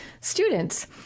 students